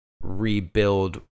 rebuild